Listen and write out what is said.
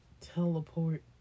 Teleport